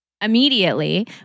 immediately